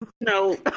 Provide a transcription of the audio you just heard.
No